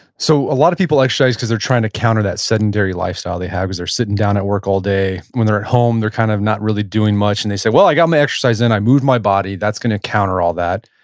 so a lot of people exercise because they're trying to counter that sedentary lifestyle they have because they're sitting down at work all day. when they're at home, they're kind of not doing much and they say, well, i got my exercise and i moved my body. that's going to counter all that.